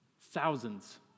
Thousands